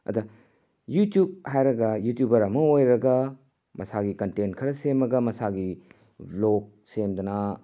ꯑꯗ ꯌꯨꯇꯨꯞ ꯍꯥꯏꯔꯒ ꯌꯨꯇꯨꯕꯔ ꯑꯃ ꯑꯣꯏꯔꯒ ꯃꯁꯥꯒꯤ ꯀꯟꯇꯦꯟ ꯈꯔ ꯁꯦꯝꯃꯒ ꯃꯁꯥꯒꯤ ꯕ꯭ꯂꯣꯛ ꯁꯦꯝꯗꯅ